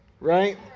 right